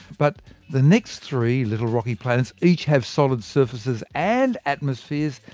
but the next three little rocky planets each have solid surfaces, and atmospheres.